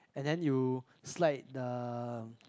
and then you slide the